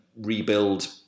rebuild